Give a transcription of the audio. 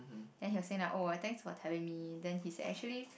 then he will say like oh thanks for telling me then he said actually